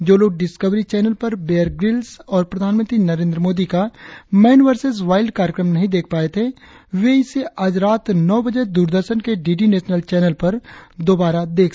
जो लोग Discovery channel पर बेयर ग्रिल्स और प्रधानमंत्री नरेंद्र मोदी का मैन वर्सेस वाइल्ड कार्यक्रम नहीं देख पाए थे वे इसे आज रात नौ बजे दूरदर्शन के डी डी नेशनल चैनल पर दोबारा देख सकते है